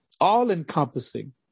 all-encompassing